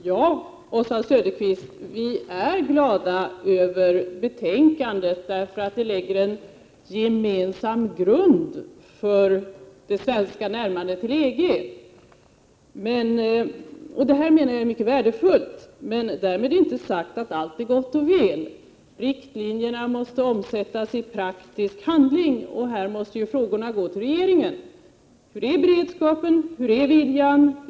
Herr talman! Ja, Oswald Söderqvist, vi är glada över betänkandet. Det lägger en gemensam grund för det svenska närmandet till EG. Därmed — och detta menar jag är mycket väsentlig — är det dock inte sagt att allt är gott och väl. Riktlinjerna måste omsättas i praktisk handling. Frågorna måste här gå till regeringen. Hur är beredskapen? Hur är viljan?